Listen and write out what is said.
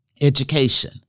education